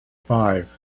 five